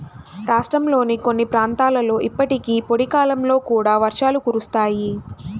రాష్ట్రంలోని కొన్ని ప్రాంతాలలో ఇప్పటికీ పొడి కాలంలో కూడా వర్షాలు కురుస్తాయి